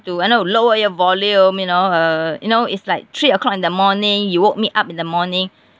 to you know lower your volume you know uh you know it's like three o'clock in the morning you woke me up in the morning